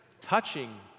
touching